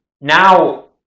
now